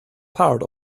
part